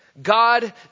God